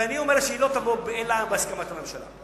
ואני אומר שהיא לא תבוא אלא בהסכמת הממשלה.